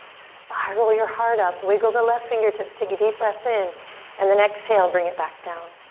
spiral your heart up, wiggle the left fingertips, take a deep breath in and then exhale, bring it back down.